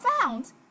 found